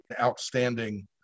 outstanding